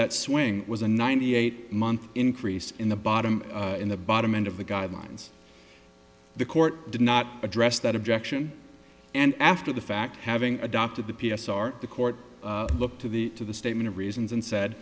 that swing was a ninety eight month increase in the bottom in the bottom end of the guidelines the court did not address that objection and after the fact having adopted the p s r the court looked to the to the statement of reasons and said